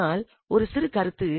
அனால் ஒரு சிறு கருத்து